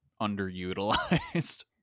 underutilized